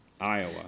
Iowa